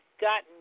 gotten